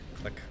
Click